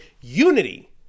unity